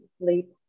sleep